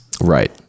Right